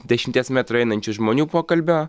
dešimties metrų einančių žmonių pokalbio